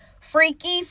Freaky